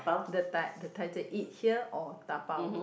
the ti~ title eat here or dabao